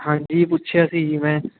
ਹਾਂਜੀ ਪੁੱਛਿਆ ਸੀ ਜੀ ਮੈਂ